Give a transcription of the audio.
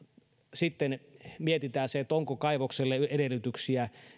sitten mietitään se onko kaivokselle edellytyksiä